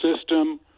system